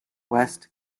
west